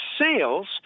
sales